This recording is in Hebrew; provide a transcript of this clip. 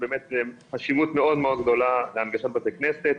יש לנו כחמש מאות בתי כנסת בעיר תל אביב-יפו,